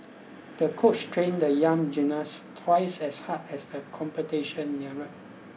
the coach trained the young gymnast twice as hard as the competition neared